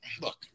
look